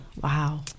Wow